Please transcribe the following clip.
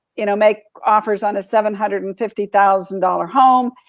you know, make offers on a seven hundred and fifty thousand dollars home,